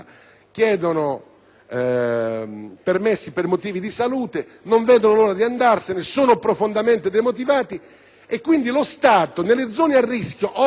permessi per motivi di salute, non vedono l'ora di andarsene, sono profondamente demotivati. Ne consegue, pertanto, che lo Stato nelle zone a rischio offre